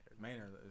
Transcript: Maynard